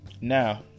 Now